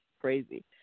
crazy